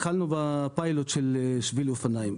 התחלנו בפיילוט של שביל אופניים.